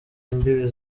imbibi